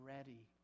Ready